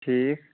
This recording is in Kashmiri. ٹھیٖک